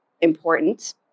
important